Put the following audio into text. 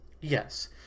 Yes